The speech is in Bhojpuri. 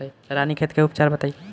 रानीखेत के उपचार बताई?